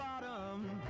bottom